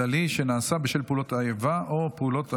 כללי שנעשה בשל פעולות האיבה או פעולות המלחמה),